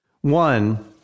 One